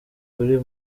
kuri